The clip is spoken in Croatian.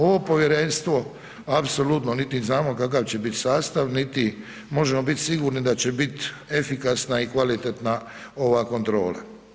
Ovo povjerenstvo apsolutno niti znamo kakav će biti sastav niti možemo biti sigurni da će biti efikasna i kvalitetna ova kontrola.